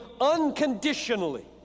unconditionally